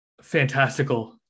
fantastical